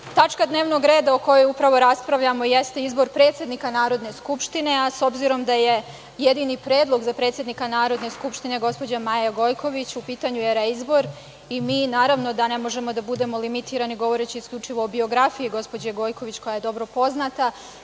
tačka dnevnog reda o kojoj upravo raspravljamo jeste izbor predsednika Narodne skupštine, a s obzirom da je jedini predlog za predsednika Narodne skupštine gospođa Maja Gojković, u pitanju je reizbor i mi naravno da ne možemo da budemo limitirani govoreći isključivo o biografiji gospođe Gojković, koja je dobro poznata,